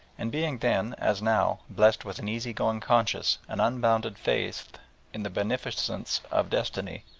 and being then, as now, blessed with an easy-going conscience and unbounded faith in the beneficence of destiny,